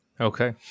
Okay